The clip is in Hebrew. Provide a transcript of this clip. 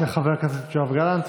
תודה רבה לחבר הכנסת יואב גלנט.